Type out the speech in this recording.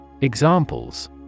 Examples